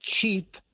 cheap